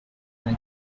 been